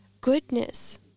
goodness